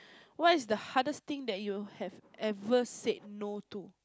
what is the hardest thing that you have ever said no to